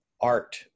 art